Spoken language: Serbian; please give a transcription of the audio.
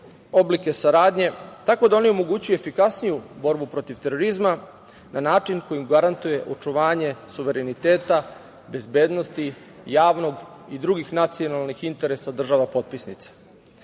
oblike saradnje tako da one omogućuju efikasniju borbu protiv terorizma na način koji im garantuje očuvanje suvereniteta, bezbednosti, javnog i drugih nacionalnih interesa država potpisnica. Nije